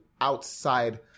outside